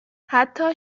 حتی